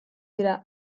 dira